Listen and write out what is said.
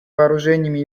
вооружениями